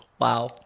wow